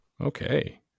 Okay